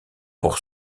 pour